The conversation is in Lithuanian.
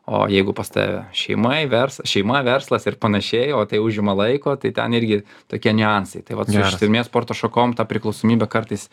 o jeigu pas tave šeimai vers šeima verslas ir panašiai o tai užima laiko tai ten irgi tokie niuansai tai vat su ištvermės sporto šakom ta priklausomybė kartais